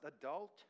adult